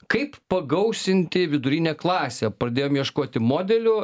kaip pagausinti vidurinę klasę pradėjom ieškoti modelių